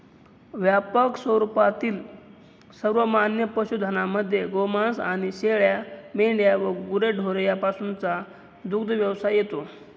व्यापक स्वरूपातील सर्वमान्य पशुधनामध्ये गोमांस आणि शेळ्या, मेंढ्या व गुरेढोरे यापासूनचा दुग्धव्यवसाय येतो